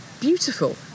beautiful